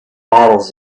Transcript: models